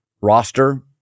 roster